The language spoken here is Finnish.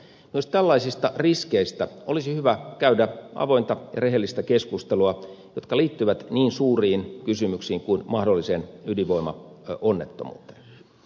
myös tällaisista riskeistä olisi hyvä käydä avointa rehellistä keskustelua jotka liittyvät niin suuriin kysymyksiin kuin mahdolliseen ydinvoimaonnettomuuteen